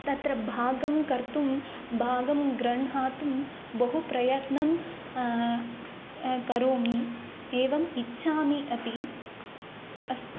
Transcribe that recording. तत्र भागं कर्तुं भागं गृण्हातुं बहु प्रयत्नं करोमि एवम् इच्छामि अपि अस्तु